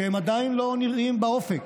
שהם עדיין לא נראים באופק,